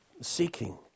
seeking